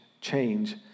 change